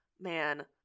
Man